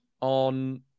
on